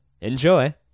enjoy